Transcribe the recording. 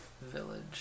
Village